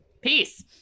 peace